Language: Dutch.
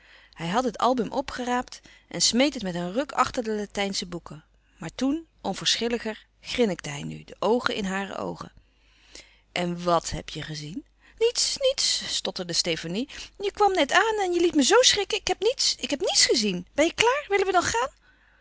hij had het album opgeraapt en smeet het met een ruk achter de latijnsche boeken maar toen onverschilliger grinnikte hij nu de oogen in hare oogen en wàt heb je gezien niets niets stotterde stefanie je kwam net aan en je liet me zoo schrikken ik heb niets ik heb niets gezien ben je klaar willen we dan gaan